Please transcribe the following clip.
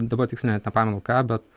dabar tiksliai net nepamenu ką bet